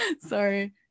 Sorry